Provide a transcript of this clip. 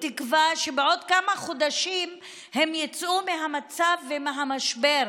תקווה שבעוד כמה חודשים הם יצאו מהמצב ומהמשבר,